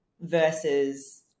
versus